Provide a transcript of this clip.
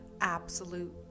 absolute